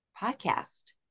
podcast